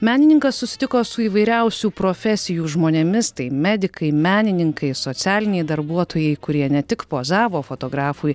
menininkas susitiko su įvairiausių profesijų žmonėmis tai medikai menininkai socialiniai darbuotojai kurie ne tik pozavo fotografui